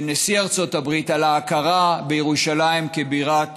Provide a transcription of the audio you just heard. של נשיא ארצות הברית, על ההכרה בירושלים כבירת